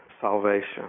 salvation